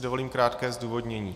Dovolím si krátké zdůvodnění.